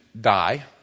die